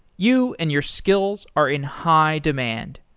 you and your skills are in high demand.